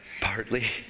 Partly